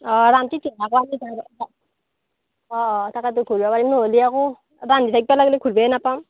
অ' অ' তাকেইটো ঘূৰিব পাৰিম নহ'লে আকৌ ৰান্ধি থাকিব লাগিলে ঘূৰিবই নাপাম